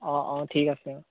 অঁ অঁ ঠিক আছে